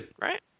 Right